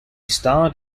starred